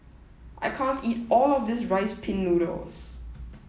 I can't eat all of this rice pin noodles